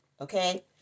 okay